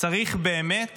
צריך באמת